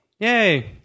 Yay